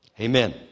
amen